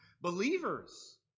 believers